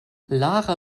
lara